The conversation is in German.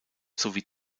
sowie